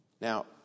Now